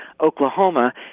Oklahoma